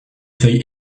feuilles